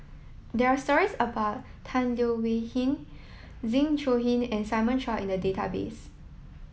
there are stories about Tan Leo Wee Hin Zeng Shouyin and Simon Chua in the database